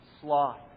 sloth